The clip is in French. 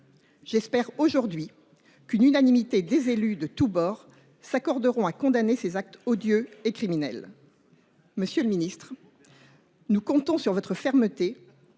J’espère aujourd’hui que les élus de tous bords s’accorderont unanimement à condamner ces actes odieux et criminels. Monsieur le ministre, nous comptons sur votre fermeté